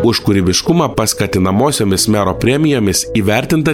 už kūrybiškumą paskatinamosiomis mero premijomis įvertinta